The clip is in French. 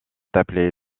appelés